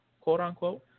quote-unquote